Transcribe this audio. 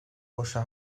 boşa